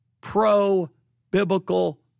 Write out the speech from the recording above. pro-biblical